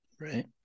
right